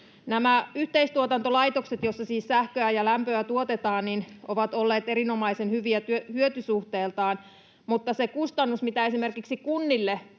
Nämä yhteistuotantolaitokset, joissa siis sähköä ja lämpöä tuotetaan, ovat olleet erinomaisen hyviä hyötysuhteeltaan, mutta se kustannus, mikä esimerkiksi kunnille